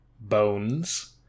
Bones